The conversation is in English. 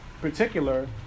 particular